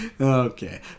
Okay